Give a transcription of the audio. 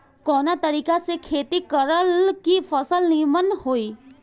कवना तरीका से खेती करल की फसल नीमन होई?